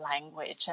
language